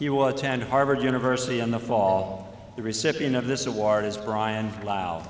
was attend harvard university in the fall the recipient of this award is brian clou